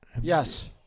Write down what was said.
Yes